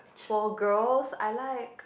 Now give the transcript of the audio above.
for girls I like